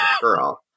Girl